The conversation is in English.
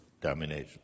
domination